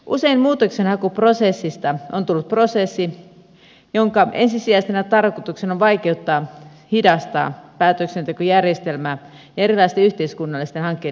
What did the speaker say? usein muutoksenhakuprosessista on tullut prosessi jonka ensisijaisena tarkoituksena on vaikeuttaa ja hidastaa päätöksente kojärjestelmää ja erilaisten yhteiskunnallisten hankkeiden etenemistä